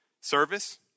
Service